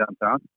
downtown